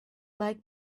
like